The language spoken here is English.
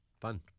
fun